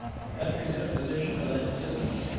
the countries in a position to lend assistance,